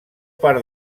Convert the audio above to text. part